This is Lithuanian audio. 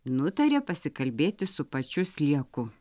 nutarė pasikalbėti su pačiu slieku